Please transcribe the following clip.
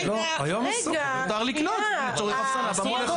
מותר לקנות לצורך אפסנה במועדון.